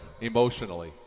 emotionally